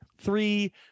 three